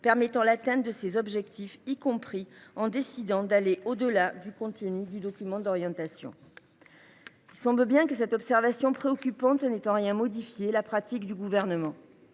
permettant l’atteinte de ces objectifs, y compris en décidant d’aller au delà du contenu du document d’orientation. » Il semble bien que cette observation préoccupante n’ait en rien modifié la pratique du Gouvernement.